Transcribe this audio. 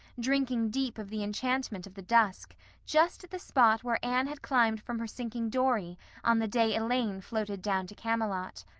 drinking deep of the enchantment of the dusk just at the spot where anne had climbed from her sinking dory on the day elaine floated down to camelot.